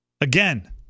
Again